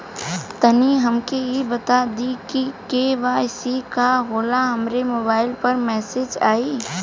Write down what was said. तनि हमके इ बता दीं की के.वाइ.सी का होला हमरे मोबाइल पर मैसेज आई?